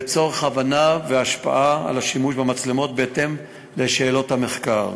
לצורך הבנת ההשפעה של השימוש במצלמות בהתאם לשאלות המחקר.